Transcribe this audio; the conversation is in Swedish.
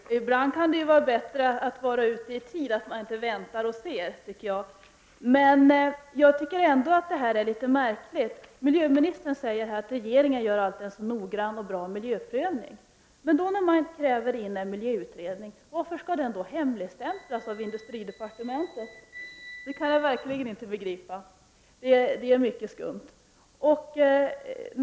Herr talman! Ibland kan det vara bättre att vara ute i tid i stället för att vänta och se, men jag tycker ändå att förfaringssättet är litet märkligt. Miljöministern säger att regeringen alltid gör en noggrann och bra miljöprövning. Men jag kan inte begripa varför en miljöutredning som man begär att få utförd skall hemligstämplas av industridepartementet. Det är mycket skumt.